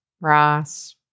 Ross